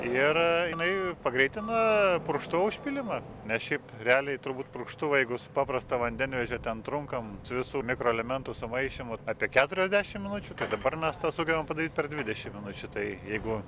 ir jinai pagreitina purkštuvo užpylimą nes šiaip realiai turbūt purkštuvai jeigu su paprasta vandenveže ten trunkam visų mikroelementų sumaišymui apie keturiasdešim minučių tad dabar mes tą sugebam padaryt per dvidešim minučių tai jeigu